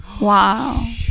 Wow